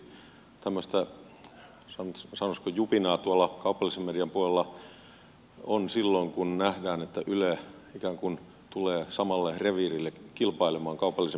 varmasti tämmöistä sanoisiko jupinaa tuolla kaupallisen median puolella on silloin kun nähdään että yle ikään kuin tulee samalle reviirille kilpailemaan kaupallisen median kanssa